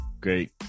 Great